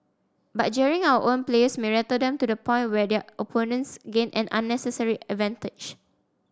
but jeering our own players may rattle them to the point where their opponents gain an unnecessary advantage